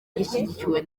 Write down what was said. gishyigikiwe